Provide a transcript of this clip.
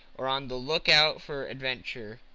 or on the look-out for adventure